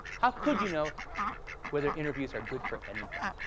how could you know whether interviews are good for anything?